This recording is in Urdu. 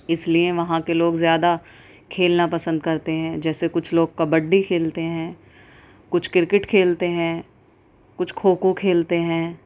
اس لیے وہاں کے لوگ زیادہ کھیلنا پسند کرتے ہیں جیسے کچھ لوگ کبڈی کھیلتے ہیں کچھ کرکٹ کھیلتے ہیں کچھ کھوکھو کھیلتے ہیں